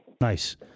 Nice